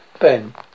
Ben